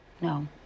No